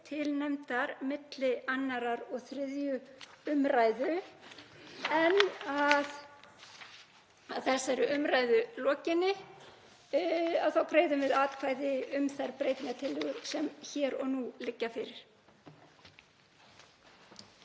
til nefndar milli 2. og 3. umræðu, en að þessari umræðu lokinni þá greiðum við atkvæði um þær breytingartillögur sem hér og nú liggja fyrir.